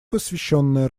посвященная